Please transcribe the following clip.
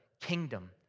kingdom